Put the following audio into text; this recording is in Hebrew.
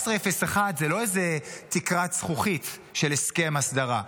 1701 זה לא איזה תקרת זכוכית של הסכם הסדרה,